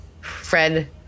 Fred